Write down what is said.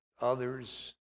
others